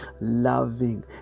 loving